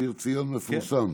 ציון מפורסם.